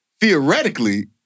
theoretically